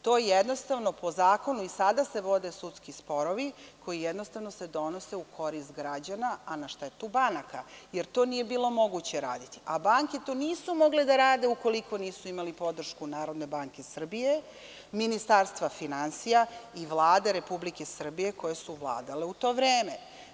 To, jednostavno, po zakonu i sada se vode sudski sporovi koji se donose u korist građana, a na štetu banaka jer to nije bilo moguće raditi, a banke to nisu mogle da rade ukoliko nisu imale podršku Narodne banke Srbije, Ministarstva finansija i Vlade Republike Srbije koje su vladale u to vreme.